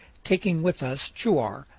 taking with us chuar,